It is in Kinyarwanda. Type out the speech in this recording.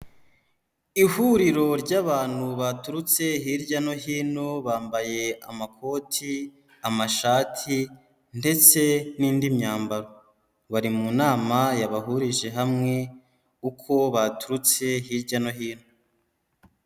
Ihuriro ry'abantu baturutse hirya no hino bambaye amakoti, amashati ndetse n'indi myambaro. Bari mu nama yabahurije hamwe uko baturutse hirya no hino.